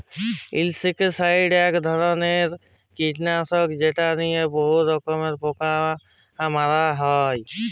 insecticide ইক ধরলের কিটলাসক যেট লিয়ে বহুত রকমের পোকা মারা হ্যয়